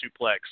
suplex